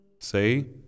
Say